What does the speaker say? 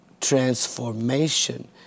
transformation